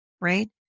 right